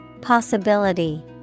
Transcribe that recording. Possibility